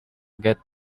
get